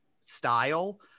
style